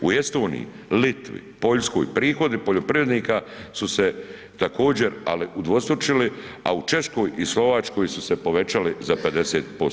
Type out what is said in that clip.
U Estoniji, Litvi, Poljskoj, prihodi poljoprivrednika su se također, ali udvostručili, a u Češkoj i Slovačkoj su se povećali za 50%